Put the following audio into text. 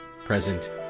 present